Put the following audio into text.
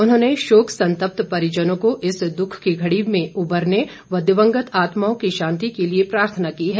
उन्होंने शोक संत्पत परिजनों को इस दुख की घड़ी से उभरने व दिवंगत आत्माओं की शांति के लिए प्रार्थना की है